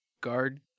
Guard